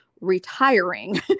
retiring